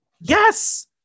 yes